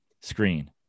screen